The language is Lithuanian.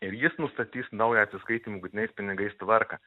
ir jis nustatys naują atsiskaitymų grynais pinigais tvarką